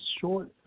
short